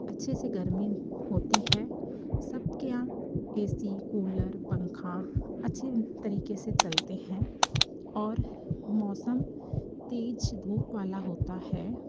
अच्छे से गर्मी होती है सबके यहाँ ए सी कूलर पंखा अच्छे तरीके से चलते हैं और मौसम तेज धूप वाला होता है